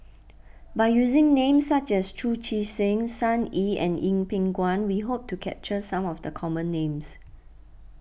by using names such as Chu Chee Seng Sun Yee and Yeng Pway Ngon we hope to capture some of the common names